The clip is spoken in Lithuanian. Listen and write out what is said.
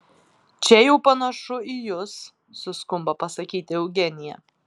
čia jau panašu į jus suskumba pasakyti eugenija